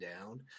down